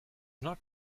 not